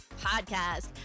podcast